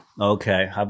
Okay